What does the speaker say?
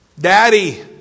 Daddy